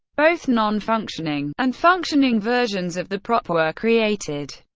both non-functioning and functioning versions of the prop were created.